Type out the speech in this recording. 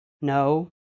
No